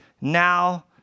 now